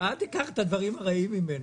אל תיקח את הדברים הרעים ממנו...